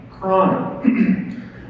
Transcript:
crime